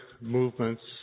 movements